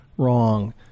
Wrong